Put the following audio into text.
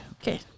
Okay